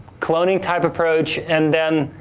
cloning type approach, and then,